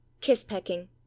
kiss-pecking